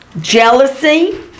Jealousy